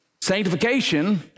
Sanctification